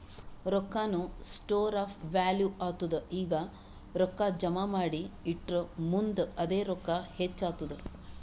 ರೊಕ್ಕಾನು store of value ಆತ್ತುದ್ ಈಗ ರೊಕ್ಕಾ ಜಮಾ ಮಾಡಿ ಇಟ್ಟುರ್ ಮುಂದ್ ಅದೇ ರೊಕ್ಕಾ ಹೆಚ್ಚ್ ಆತ್ತುದ್